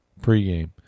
pregame